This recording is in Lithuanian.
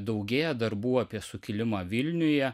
daugėja darbų apie sukilimą vilniuje